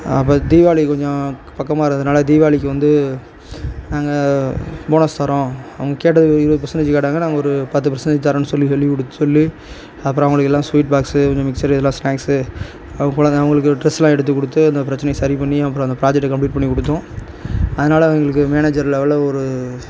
அப்போ தீபாவளிக்கு கொஞ்சம் பக்கமாக இருந்ததுனால் தீபாவளிக்கு வந்து நாங்கள் போனஸ் தரோம் அவங்க கேட்டது ஒரு இருபது பர்சண்டேஜ் கேட்டாங்க நாங்கள் ஒரு பத்து பர்சண்டேஜ் தரோன்னு சொல்லி சொல்லி சொல்லி அப்புறம் அவங்களுக்கு எல்லாம் ஸ்வீட் பாக்ஸ்சு கொஞ்சம் மிக்ஸரு இதலாம் ஸ்நாக்ஸு அப்புறம் அவங்களுக்கு டிரஸ்லாம் எடுத்து கொடுத்து அந்த பிரச்சனையை சரி பண்ணி அப்புறம் அந்த ப்ராஜெக்ட்டை கம்ப்ளீட் பண்ணி கொடுத்தோம் அதனால எங்களுக்கு மேனேஜர் லெவலில் ஒரு